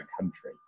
country